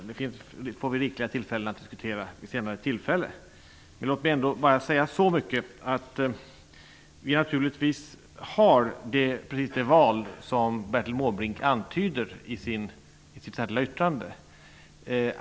Det får vi rikliga möjligheter att diskutera vid senare tillfällen. Men låt mig ändå säga att vi naturligtvis har precis det val som Bertil Måbrink antyder i sitt särskilda yttrande.